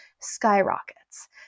skyrockets